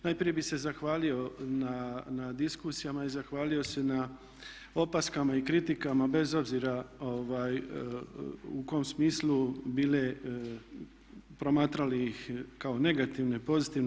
Najprije bih se zahvalio na diskusijama i zahvalio se na opaskama i kritikama bez obzira u kom smislu bile, promatrale ih kao negativne, pozitivne.